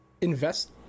Invest